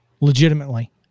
Legitimately